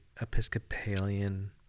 Episcopalian